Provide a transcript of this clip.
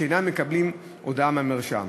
שאינם מקבלים הודעה מהרשם.